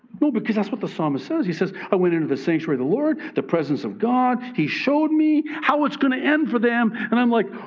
so because that's what the psalmist says, he says. i went into the sanctuary of the lord, the presence of god. he showed me how it's going to end for them. and i'm like,